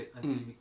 mm